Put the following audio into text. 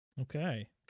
okay